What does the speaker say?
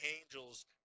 angels